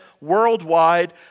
worldwide